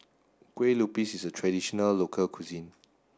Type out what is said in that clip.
Kue Lupis is a traditional local cuisine